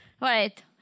Right